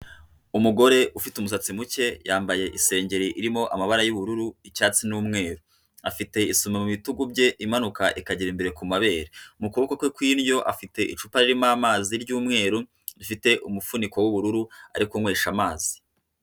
Umugore ufite umusatsi muke, yambaye isengeri irimo amabara y’ubururu, icyatsi n'umweru, afite isume mu bitugu bye imanuka ikagera imbere ku mabere, mu kuboko kwe kw'indyo afite icupa ririmo amazi ry’umweru rifite umufuniko w'ubururu ari kunywesha amazi.